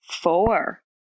four